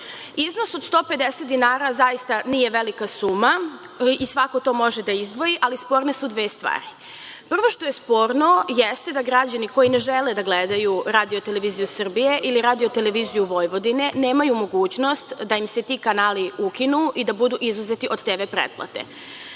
od 150 dinara zaista nije velika suma i svako to može da izdvoji, ali sporne su dve stvari. Prvo što je sporno jeste da građani koji ne žele da gledaju Radio televiziju Srbije ili Radio televiziju Vojvodine nemaju mogućnost da im se ti kanali ukinu i da bude izuzeti od TV pretplate.